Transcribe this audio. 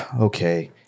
okay